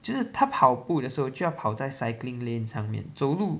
就是他跑步的时候就要跑在 cycling lane 上面走路